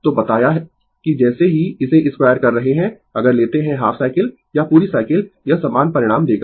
तो बताया कि जैसे ही इसे स्क्वायर कर रहे है अगर लेते है हाफ साइकिल या पूरी साइकिल यह समान परिणाम देगा